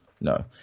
no